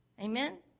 amen